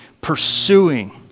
pursuing